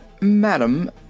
Madam